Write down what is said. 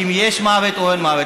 אם יש מוות או אין מוות.